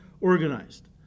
organized